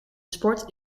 sport